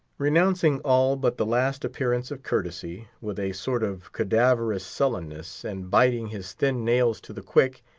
renouncing all but the last appearance of courtesy, with a sort of cadaverous sullenness, and biting his thin nails to the quick,